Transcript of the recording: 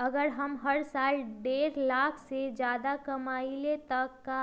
अगर हम हर साल डेढ़ लाख से कम कमावईले त का